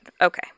okay